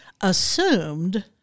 assumed